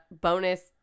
bonus